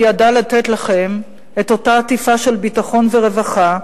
ידעה לתת לכם את אותה עטיפה של ביטחון ורווחה,